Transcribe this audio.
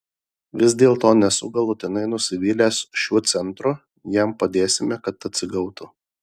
vis dėlto nesu galutinai nusivylęs šiuo centru jam padėsime kad atsigautų